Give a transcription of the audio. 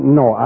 no